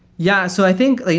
yeah. so i think, like